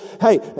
hey